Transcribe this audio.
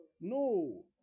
no